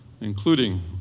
including